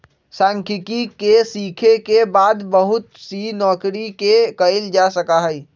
सांख्यिकी के सीखे के बाद बहुत सी नौकरि के कइल जा सका हई